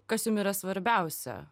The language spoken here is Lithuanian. kas jum yra svarbiausia